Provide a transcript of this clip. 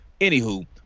Anywho